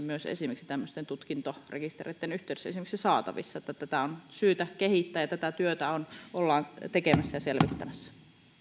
myös esimerkiksi tämmöisten tutkintorekistereitten yhteydessä saatavissa tätä on syytä kehittää ja tätä työtä ollaan tekemässä ja selvittämässä